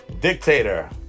Dictator